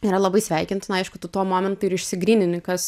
yra labai sveikintina aišku tu tuo momentu ir išsigrynini kas